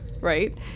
Right